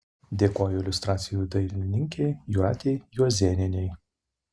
dėkoju iliustracijų dailininkei jūratei juozėnienei